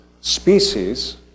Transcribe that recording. species